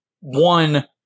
one